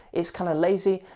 it's kinda lazy.